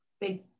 big